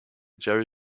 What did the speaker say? jerry